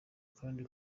kandi